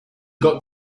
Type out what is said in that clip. got